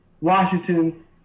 Washington